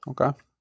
Okay